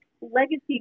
legacy